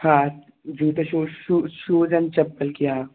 हाँ जूता shoe shoes and चप्पल के यहाँ